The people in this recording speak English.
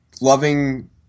loving